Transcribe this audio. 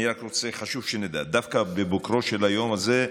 חשוב שנדע, דווקא בבוקרו של היום הזה,